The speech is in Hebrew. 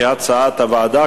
כהצעת הוועדה,